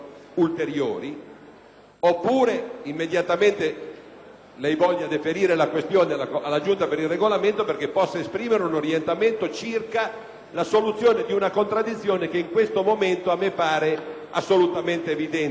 deferire immediatamente la questione alla Giunta per il Regolamento affinché possa esprimere un orientamento per la soluzione di una contraddizione che, in questo momento, mi pare assolutamente evidente. Per quello che vale,